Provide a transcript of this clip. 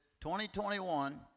2021